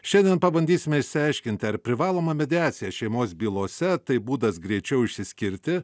šiandien pabandysime išsiaiškinti ar privalomą mediaciją šeimos bylose tai būdas greičiau išsiskirti